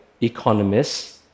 economists